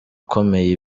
ukomeye